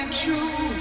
true